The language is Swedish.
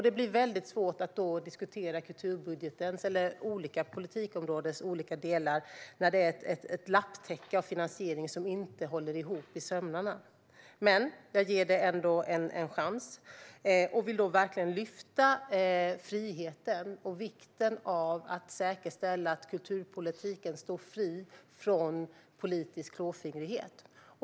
Det blir väldigt svårt att diskutera kulturbudgetens eller olika politikområdens olika delar när det är ett lapptäcke av finansiering som inte håller ihop i sömmarna, men jag ger det ändå en chans. Jag vill verkligen lyfta fram friheten och vikten av att säkerställa att kulturpolitiken står fri från politisk klåfingrighet.